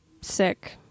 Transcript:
sick